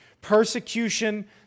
Persecution